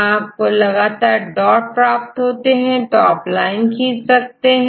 आपको लगातार डॉट मिलता है तो आप लाइन खींच सकते हैं